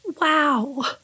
Wow